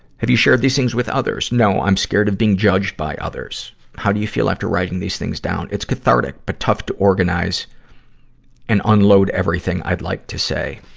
have you shared these things with others? no. i'm scared of being judged by others. how do you feel after writing these things down? it's cathartic, but tough to organize and unload everything i'd like to say.